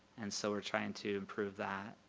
and so we're trying to improve that.